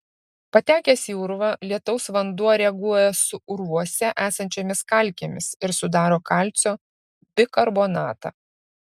patekęs į urvą lietaus vanduo reaguoja su urvuose esančiomis kalkėmis ir sudaro kalcio bikarbonatą